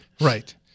Right